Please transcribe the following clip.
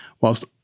Whilst